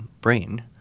brain